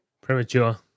Premature